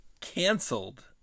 canceled